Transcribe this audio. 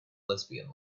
lesbian